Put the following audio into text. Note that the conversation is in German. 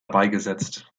beigesetzt